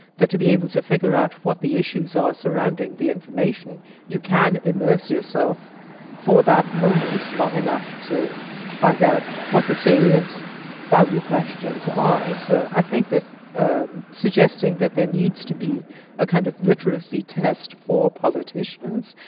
that to be able to figure out what the issues are surrounding the information you can immerse yourself for that moment long enough to find out what the salient value questions are. so i think that suggesting that there needs to be a kind of literacy test for politicians,